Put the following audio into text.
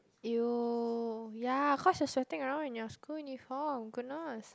you ya cause you're sweating around in your school uniform goodness